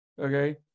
okay